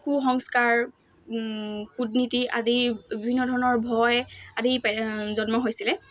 কু সংস্কাৰ কুটনীতি আদি বিভিন্ন ধৰণৰ ভয় আদি পে জন্ম হৈছিলে